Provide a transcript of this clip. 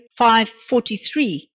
5.43